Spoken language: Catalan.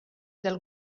del